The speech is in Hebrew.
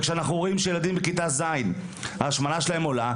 כשאנחנו רואים ילדים בכיתה ז' שהשמנתם עולה,